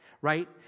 right